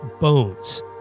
bones